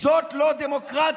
זאת לא דמוקרטיה.